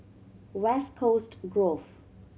West Coast Grove